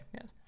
yes